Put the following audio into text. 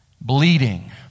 bleeding